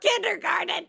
kindergarten